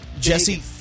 Jesse